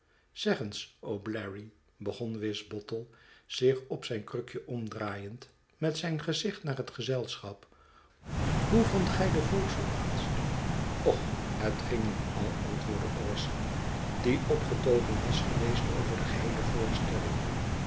zeg eens o'bleary begon wisbottle zich op zijn krukje omdraaiend met zijn gezicht naar het gezelschap hoe vondt gij den vauxhall laatst och het ging nog al antwoordde orson die opgetogen was geweest over de geheele voorstelling